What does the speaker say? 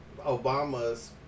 Obama's